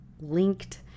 linked